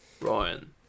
Ryan